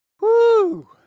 Woo